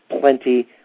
plenty